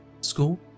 School